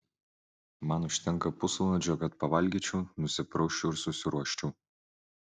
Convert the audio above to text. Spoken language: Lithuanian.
man užtenka pusvalandžio kad pavalgyčiau nusiprausčiau ir susiruoščiau